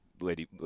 Lady